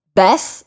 best